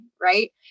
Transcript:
right